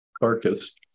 carcass